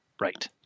Right